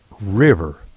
River